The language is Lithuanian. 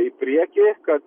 į priekį kad